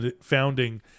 founding